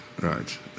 right